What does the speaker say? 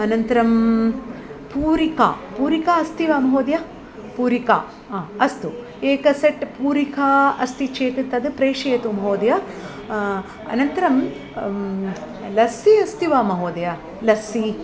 अनन्तरं पूरिका पूरिका अस्ति वा महोदय पूरिका हा अस्तु एक सेट् पूरिका अस्ति चेत् तद् प्रेषयतु महोदय अनन्तरं लस्सि अस्ति वा महोदय लस्सी